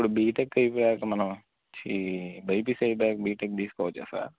ఇప్పుడు బీటెక్ అయిపోయాక మనం ఛీ బైపీసి అయిపోయాక బీటెక్ తీసుకోవచ్చా సార్